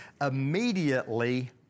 immediately